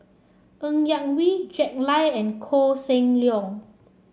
Ng Yak Whee Jack Lai and Koh Seng Leong